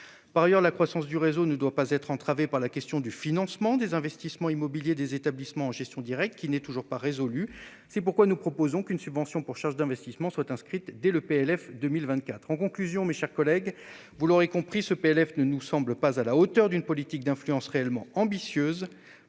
Par ailleurs, la croissance du réseau ne doit pas être entravée par la question du financement des investissements immobiliers des établissements en gestion directe, qui n'est toujours pas résolue. C'est pourquoi nous proposons qu'une subvention pour charges d'investissement soit inscrite dès le PLF pour 2024. En conclusion, mes chers collègues, vous l'aurez compris, ce PLF ne nous semble pas à la hauteur d'une politique d'influence réellement ambitieuse.